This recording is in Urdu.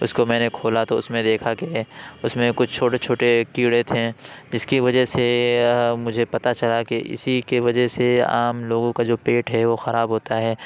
اس کو میں نے کھولا تو اس میں دیکھا کہ اس میں کچھ چھوٹے چھوٹے کیڑے تھے جس کی وجہ سے مجھے پتا چلا کہ اسی کے وجہ سے عام لوگوں کا جو پیٹ ہے وہ خراب ہوتا ہے